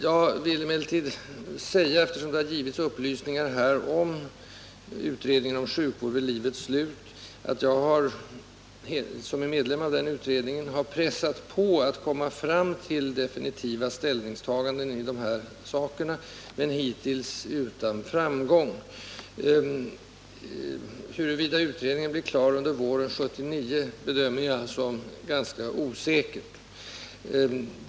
Jag vill emellertid säga, eftersom det har givits upplysningar här om utredningen om sjukvård vid livets slut, att jag som medlem av den utredningen har pressat på för att komma fram till klargörande ställningstaganden i de här sakerna, men hittills utan framgång. Huruvida utredningen blir klar under våren 1979 bedömer jag som ganska osäkert.